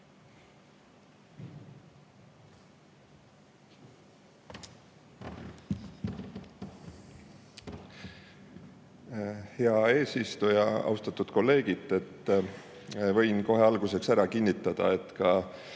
Hea eesistuja! Austatud kolleegid! Võin kohe alguses kinnitada, et ka